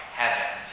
heaven